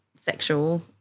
sexual